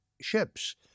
ships